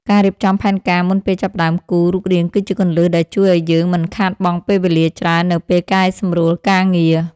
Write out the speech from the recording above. ការរៀបចំផែនការមុនពេលចាប់ផ្តើមគូររូបរាងគឺជាគន្លឹះដែលជួយឱ្យយើងមិនខាតបង់ពេលវេលាច្រើននៅពេលកែសម្រួលការងារ។